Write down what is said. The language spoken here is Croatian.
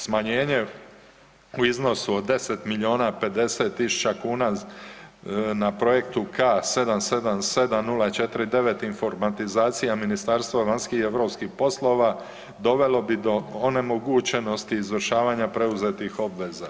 Smanjenje u iznosu od 10 milijuna 50 tisuća kuna na projektu K 777049 informatizacija Ministarstva vanjskih i europskih poslova dovelo bi do onemogućenosti izvršavanja preuzetih obveza.